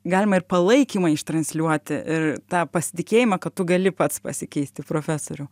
galima ir palaikymą ištransliuoti ir tą pasitikėjimą kad tu gali pats pasikeisti profesoriau